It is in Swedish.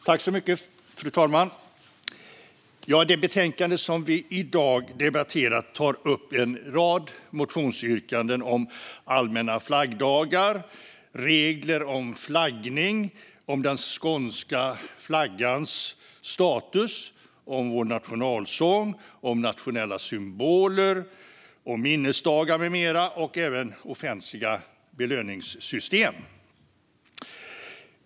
Fru talman! Det betänkande som vi i dag debatterar tar upp en rad motionsyrkanden om allmänna flaggdagar, om regler om flaggning, om den skånska flaggans status, om vår nationalsång, om nationella symboler, om minnesdagar med mera och även om offentliga belöningssystem.